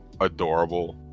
adorable